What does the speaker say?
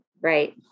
right